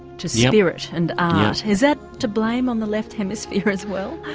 to spirit and art. is that to blame on the left hemisphere as well?